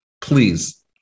Please